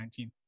2019